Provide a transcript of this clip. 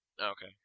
Okay